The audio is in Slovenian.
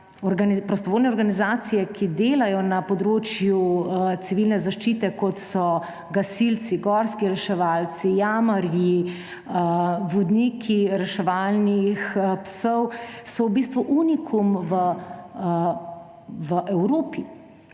prostovoljne organizacije, ki delajo na področju civilne zaščite, kot so gasilci, gorski reševalci, jamarji, vodniki reševalnih psov, v bistvu unikum v Evropi.